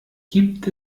gibt